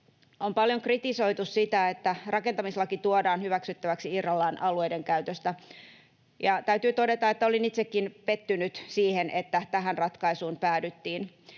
On paljon kritisoitu sitä, että rakentamislaki tuodaan hyväksyttäväksi irrallaan alueiden käytöstä, ja täytyy todeta, että olin itsekin pettynyt siihen, että tähän ratkaisuun päädyttiin.